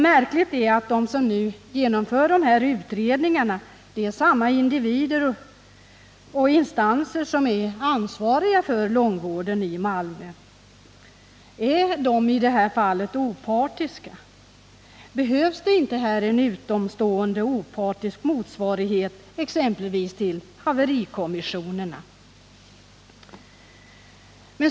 Märkligt är att de som nu genomför de här utredningarna är samma individer och instanser som är ansvariga för långvården i Malmö. Är de i det här fallet opartiska? Behövs det här inte en utomstående opartisk organisation, exempelvis en motsvarighet till haverikommissionen?